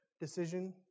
decision